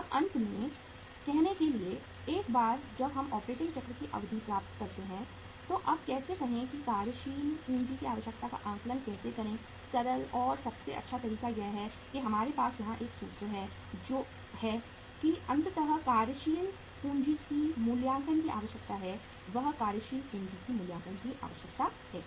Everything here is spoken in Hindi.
अब अंत में कहने के लिए एक बार जब हम ऑपरेटिंग चक्र की अवधि प्राप्त करते हैं तो अब कैसे कहें कि कार्यशील पूंजी की आवश्यकता का आकलन कैसे करें सरल और सबसे अच्छा तरीका यह है कि हमारे पास यहां एक सूत्र है कि अंततः कार्यशील पूंजी की मूल्यांकन की आवश्यकता है वह कार्यशील पूंजी मूल्यांकन की आवश्यकता है